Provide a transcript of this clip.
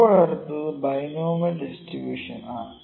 ഇപ്പോൾ അടുത്തത് binomial distribution ആണ്